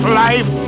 life